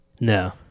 No